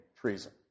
treason